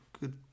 good